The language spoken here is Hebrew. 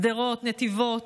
שדרות, נתיבות,